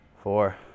four